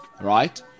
right